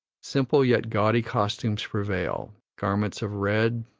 simple yet gaudy costumes prevail-garments of red,